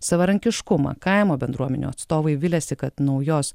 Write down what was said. savarankiškumą kaimo bendruomenių atstovai viliasi kad naujos